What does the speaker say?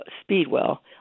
Speedwell